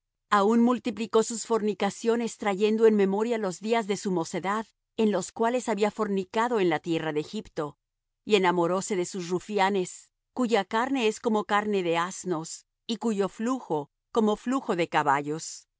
aun multiplicó sus fornicaciones trayendo en memoria los días de su mocedad en los cuales había fornicado en la tierra de egipto y enamoróse de sus rufianes cuya carne es como carne de asnos y cuyo flujo como flujo de caballos